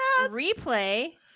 replay